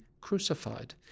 crucified